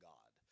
God